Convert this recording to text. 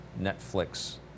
Netflix